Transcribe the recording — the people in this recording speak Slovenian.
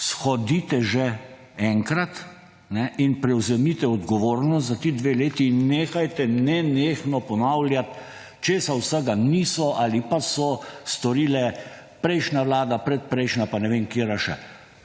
Shodite že enkrat in prevzemite odgovornost za ti dve leti in nehajte nenehno ponavljati, česa vsega niso ali pa so storile prejšnje vlade, prejšnja, predprejšnja in ne vem katera še!